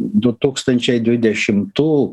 du tūkstančiai dvidešimtų